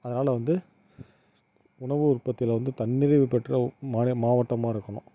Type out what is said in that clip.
அதனால் வந்து உணவு உற்பத்தியில் வந்து தன்னிறைவு பெற்ற மாநி மாவட்டமாக இருக்கணும்